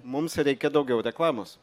mums reikia daugiau reklamos